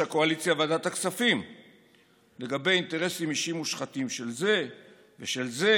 הקואליציה בוועדת הכספים לגבי אינטרסים אישיים מושחתים של זה ושל זה,